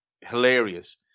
hilarious